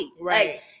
right